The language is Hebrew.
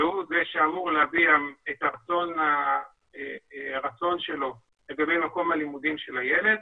והוא זה שאמור להביע את הרצון שלו לגבי מקום הלימודים של הילד,